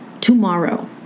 tomorrow